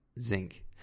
zinc